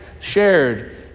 shared